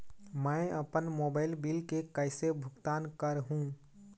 मैं अपन mobile bill के कैसे भुगतान कर हूं?